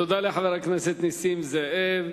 תודה לחבר הכנסת נסים זאב.